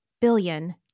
billion